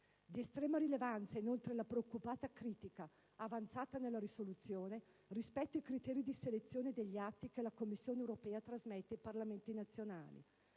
Di estrema rilevanza è la preoccupata critica avanzata nella risoluzione rispetto ai criteri di selezione degli atti che la Commissione europea trasmette ai Parlamenti nazionali,